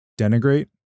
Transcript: denigrate